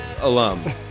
Alum